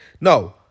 No